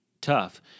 tough